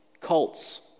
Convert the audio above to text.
Cults